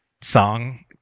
song